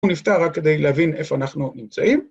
הוא נפתר רק כדי להבין איפה אנחנו נמצאים.